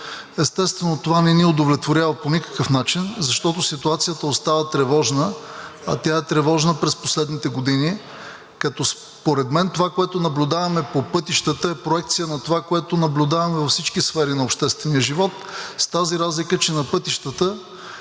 Естествено, това не ни удовлетворява по никакъв начин, защото ситуацията остава тревожна, а тя е тревожна през последните години, като според мен това, което наблюдаваме по пътищата, е проекция на това, което наблюдаваме във всички сфери на обществения живот, с тази разлика, че на пътищата,